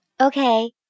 Okay